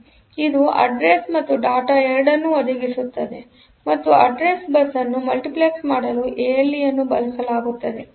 ಆದ್ದರಿಂದ ಇದು ಅಡ್ರೆಸ್ ಮತ್ತು ಡೇಟಾ ಎರಡನ್ನೂ ಒದಗಿಸುತ್ತದೆ ಮತ್ತು ಅಡ್ರೆಸ್ ಬಸ್ ಅನ್ನು ಮಲ್ಟಿಪ್ಲೆಕ್ಸ್ ಮಾಡಲು ಎಎಲ್ಇ ಅನ್ನು ಬಳಸಲಾಗುತ್ತದೆ